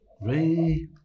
Ray